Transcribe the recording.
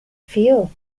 feel